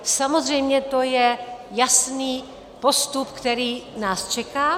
Samozřejmě to je jasný postup, který nás čeká.